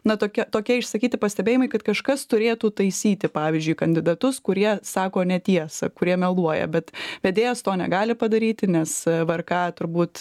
na tokia tokia išsakyti pastebėjimai kad kažkas turėtų taisyti pavyzdžiui kandidatus kurie sako netiesą kurie meluoja bet vedėjas to negali padaryti nes vrk turbūt